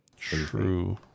True